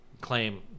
Claim